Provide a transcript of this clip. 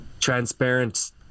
transparent